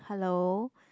hello